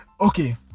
okay